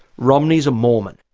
romney's a mormon.